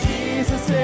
Jesus